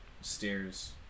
Stairs